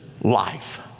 life